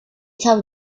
thought